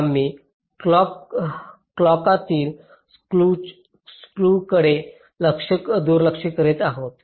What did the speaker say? आम्ही क्लॉकातील स्कूकडे देखील दुर्लक्ष करीत आहोत